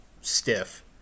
stiff